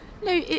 No